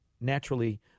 naturally